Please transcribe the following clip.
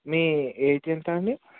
మీ age ఎంత అండి